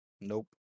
Nope